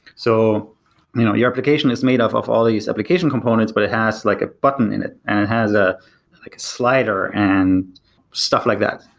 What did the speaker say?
so you know your application is made up of all these application components, but it has like a button in it and it has ah like a slider and stuff like that.